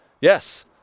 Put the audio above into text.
Yes